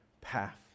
path